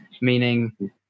meaning